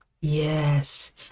Yes